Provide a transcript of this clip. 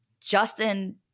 Justin